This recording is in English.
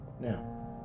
Now